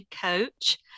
coach